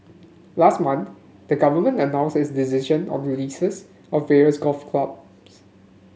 last month the government announced its decision on the leases of various golf clubs